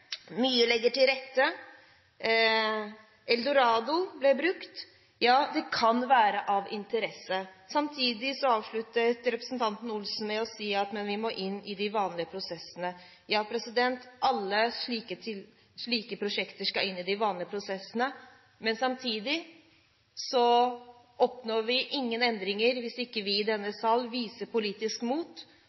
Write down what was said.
mye ligger til rette, ordet «eldorado» ble brukt. Ja, det kan være av interesse. Samtidig avsluttet representanten Olsen med å si at vi må inn i de vanlige prosessene. Ja, alle slike prosjekter skal inn i de vanlige prosessene. Men samtidig oppnår vi ingen endringer hvis ikke vi i denne sal viser politisk mot